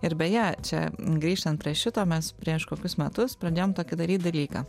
ir beje čia grįžtant prie šito mes prieš kokius metus pradėjom tokį daryt dalyką